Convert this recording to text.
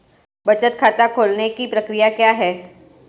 बचत खाता खोलने की प्रक्रिया क्या है?